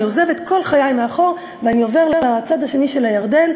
אני עוזב את כל חיי מאחור ואני עובר לצד השני של הירדן,